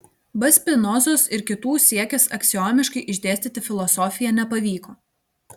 b spinozos ir kitų siekis aksiomiškai išdėstyti filosofiją nepavyko